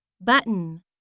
button